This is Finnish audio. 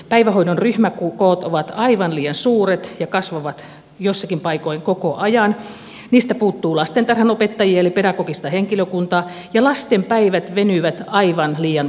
päivähoidon ryhmäkoot ovat aivan liian suuret ja kasvavat joissakin paikoin koko ajan niistä puuttuu lastentarhanopettajia eli pedagogista henkilökuntaa ja lasten päivät venyvät aivan liian pitkiksi